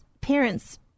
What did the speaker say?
parents